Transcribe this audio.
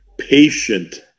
patient